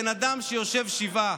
לבן אדם שיושב שבעה,